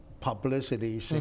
publicity